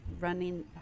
running